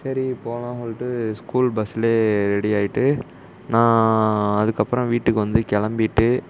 சரி போகலாம் சொல்லிட்டு ஸ்கூல் பஸ்லேயே ரெடியாகிட்டு நான் அதுக்கப்புறம் வீட்டுக்கு வந்து கிளம்பிட்டு